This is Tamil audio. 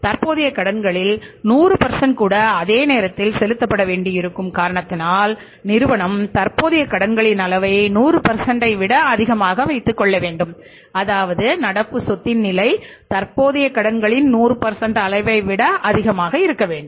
தற்போதைய கடன்களில் 100 கூட அதே நேரத்தில் செலுத்தப்பட்ட வேண்டியிருக்கும் காரணத்தினால் நிறுவனம் தற்போதைய கடன்களின் அளவை 100 விட அதிகமாக வைத்துக்கொள்ளவேண்டும் அதாவது நடப்பு சொத்தின் நிலை தற்போதைய கடன்களின் 100 அளவை விட அதிகமாக இருக்க வேண்டும்